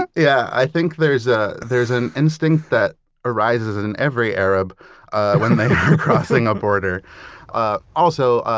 and yeah. i think there's ah there's an instinct that arises and in every arab when they are crossing a border ah also,